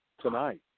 tonight